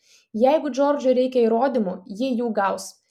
jeigu džordžui reikia įrodymų ji jų gaus